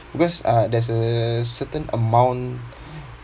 because uh there's a certain amount